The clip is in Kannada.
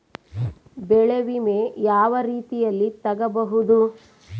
ಬೆಳೆ ವಿಮೆ ಯಾವ ರೇತಿಯಲ್ಲಿ ತಗಬಹುದು?